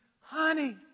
honey